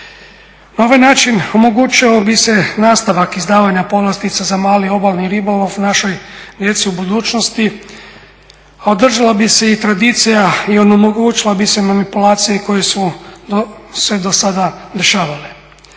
Na ovaj način omogućilo bi se nastavak izdavanja povlastica za mali obalni ribolov našoj djeci u budućnosti. A održala bi se i tradicija i onemogućile su se manipulacije koje su se do sada dešavale